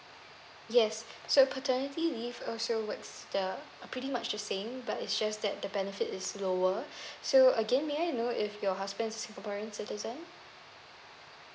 yes so paternity leave also works the pretty much the same but it's just that the benefit is lower so again may I know if your husband singaporean citizen